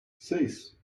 seis